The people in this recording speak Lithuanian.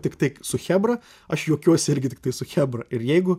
tiktai su chebra aš juokiuosi irgi tiktai su chebra ir jeigu